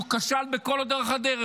הוא כשל לכל אורך הדרך,